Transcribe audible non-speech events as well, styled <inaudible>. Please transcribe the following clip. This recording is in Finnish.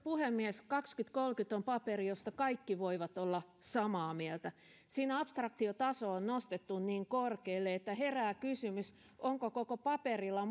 puhemies kaksituhattakolmekymmentä on paperi josta kaikki voivat olla samaa mieltä siinä abstraktiotaso on nostettu niin korkealle että herää kysymys onko koko paperilla <unintelligible>